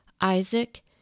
Isaac